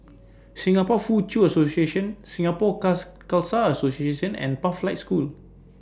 Singapore Foochow Association Singapore Khalsa Association and Pathlight School